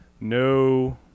no